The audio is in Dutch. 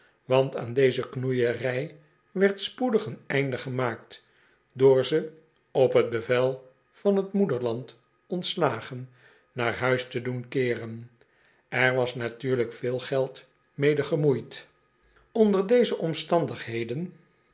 want aan deze knoeierij werd spoedig een einde gemaakt door ze op t bevel van t moederland ontslagen naar huis te doen koeren er was natuurlijk veel geld mede gemoeid onder deze omstandigheden